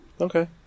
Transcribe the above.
Okay